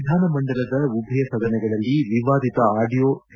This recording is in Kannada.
ವಿಧಾನಮಂಡಲದ ಉಭಯ ಸದನಗಳಲ್ಲಿ ವಿವಾದಿತ ಆಡಿಯೋ ಸಿ